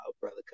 brother